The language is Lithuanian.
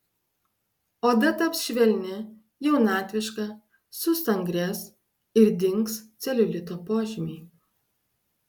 oda taps švelni jaunatviška sustangrės ir dings celiulito požymiai